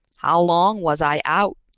how long was i out?